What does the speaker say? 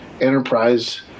enterprise